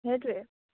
সেইটোৱে